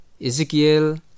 Ezekiel